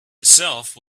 itself